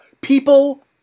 People